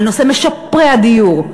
על נושא משפרי הדיור,